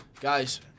Guys